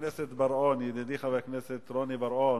ידידי חבר הכנסת רוני בר-און,